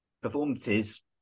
performances –